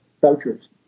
vouchers